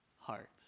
heart